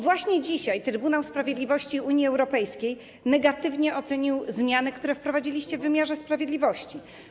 Właśnie dzisiaj Trybunał Sprawiedliwości Unii Europejskiej negatywnie ocenił zmiany, które wprowadziliście w wymiarze sprawiedliwości.